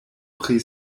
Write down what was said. pri